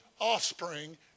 offspring